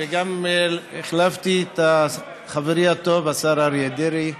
וגם החלפתי את חברי הטוב השר אריה דרעי,